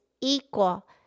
equal